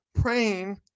praying